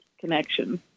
connection